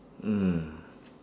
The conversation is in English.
mm